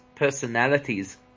personalities